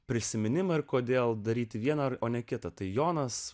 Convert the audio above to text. prisiminimą ir kodėl daryti vieną ar o ne kitą tai jonas